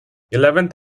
eleventh